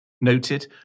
Noted